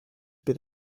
been